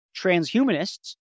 transhumanists